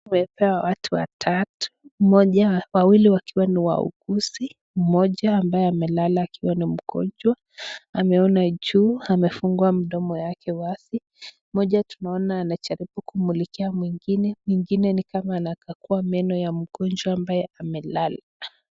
Tumepewa watu watatu, wawili wakiwa ni wauguzi mmoja ambaye amelala akiwa ni mgonjwa ameona juu amefungua mdomo yake wazi. Mmoja tunaona anajaribu kumu mulikia mwingine, mwingine nikama anakagua meno ya mgonjwa ambaye amelala.